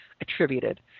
attributed